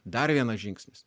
dar vienas žingsnis